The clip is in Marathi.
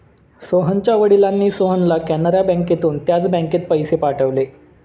सोहनच्या वडिलांनी सोहनला कॅनरा बँकेतून त्याच बँकेत पैसे पाठवले